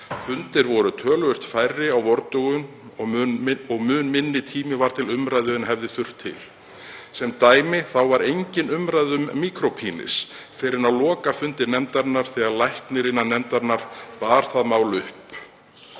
Fundir voru töluvert færri á vordögum og mun minni tími var til umræðu en hefði þurft til. Sem dæmi þá var engin umræða um „micro-penis” fyrr en á lokafundi nefndarinnar þegar læknir innan nefndarinnar bar það mál upp.“